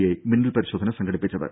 I മിന്നൽ പരിശോധന സംഘടിപ്പിച്ചത്